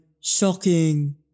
shocking